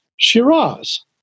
Shiraz